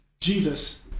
Jesus